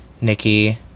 Nikki